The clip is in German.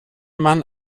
man